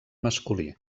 masculí